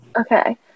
Okay